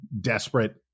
desperate